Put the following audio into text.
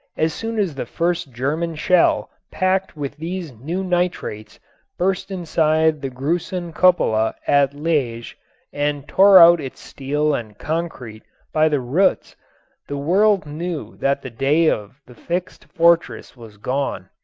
as soon as the first german shell packed with these new nitrates burst inside the gruson cupola at liege and tore out its steel and concrete by the roots the world knew that the day of the fixed fortress was gone.